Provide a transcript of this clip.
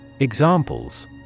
Examples